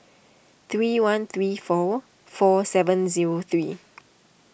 three one three four four seven zero three